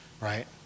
right